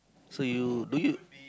so you do you